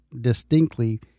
distinctly